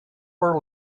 her